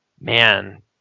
man